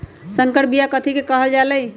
संकर बिया कथि के कहल जा लई?